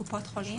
קופות חולים?